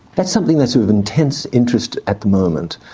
that's something that's of intense interest at the moment.